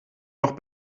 noch